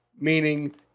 meaning